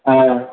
ஆ